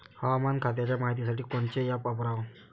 हवामान खात्याच्या मायतीसाठी कोनचं ॲप वापराव?